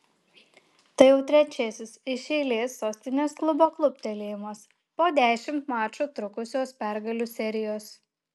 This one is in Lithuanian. tai jau trečiasis iš eilės sostinės klubo kluptelėjimas po dešimt mačų trukusios pergalių serijos